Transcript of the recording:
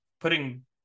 putting